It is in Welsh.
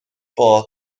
bod